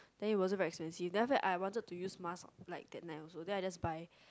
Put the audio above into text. then it wasn't expensive then after that I wanted to use mask like that night also then I just buy